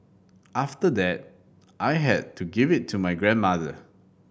after that I had to give it to my grandmother